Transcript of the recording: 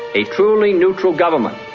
a truly neutral government,